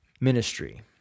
ministry